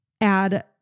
add